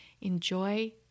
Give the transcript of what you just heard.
enjoy